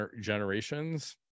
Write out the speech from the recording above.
Generations